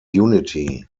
unity